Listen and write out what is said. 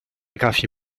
graphie